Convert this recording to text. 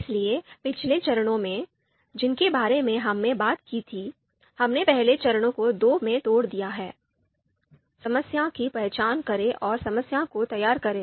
इसलिए पिछले चरणों में जिनके बारे में हमने बात की थी हमने पहले चरण को दो में तोड़ दिया है समस्या की पहचान करें और समस्या को तैयार करें